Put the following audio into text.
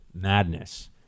madness